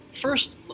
First